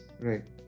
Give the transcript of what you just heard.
right